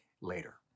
later